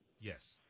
Yes